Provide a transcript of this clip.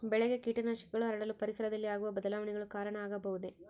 ಬೆಳೆಗೆ ಕೇಟನಾಶಕಗಳು ಹರಡಲು ಪರಿಸರದಲ್ಲಿ ಆಗುವ ಬದಲಾವಣೆಗಳು ಕಾರಣ ಆಗಬಹುದೇ?